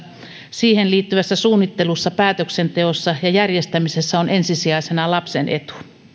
siihen liittyvässä suunnittelussa päätöksenteossa ja järjestämisessä on ensisijaisena lapsen etu